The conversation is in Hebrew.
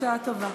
בשעה טובה.